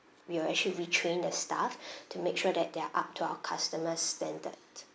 we will actually retrain the staff to make sure that they're up to our customers' standard